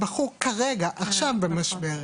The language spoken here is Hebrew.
הבחור עכשיו במשבר,